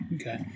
Okay